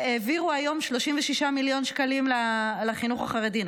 שהעבירו היום 36 מיליון שקלים לחינוך החרדי,